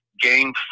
game